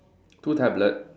two tablet